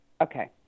Okay